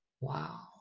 Wow